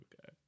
Okay